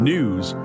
News